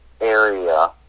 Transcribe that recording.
area